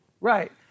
Right